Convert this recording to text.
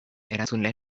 erantzule